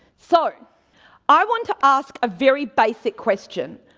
so i want to ask a very basic question.